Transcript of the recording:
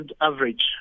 average